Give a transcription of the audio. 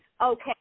Okay